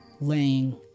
laying